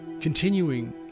Continuing